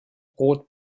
rot